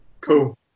cool